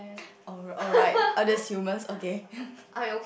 alright others human okay